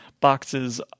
boxes